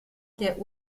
der